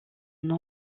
nom